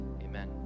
Amen